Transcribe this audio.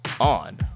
on